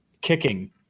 kicking